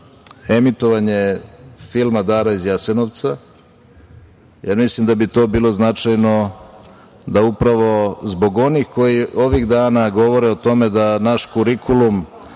emitovanje filma „Dara iz Jasenovca“, jer mislim da bi to bilo značajno da upravo zbog onih koji ovih dana govore o tome da naš kurikulum